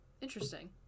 interesting